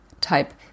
type